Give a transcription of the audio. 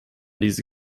diese